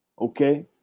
okay